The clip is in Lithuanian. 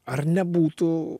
ar nebūtų